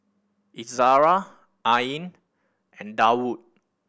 Izara Ain and Daud